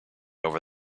over